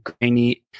grainy